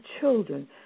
children